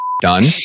done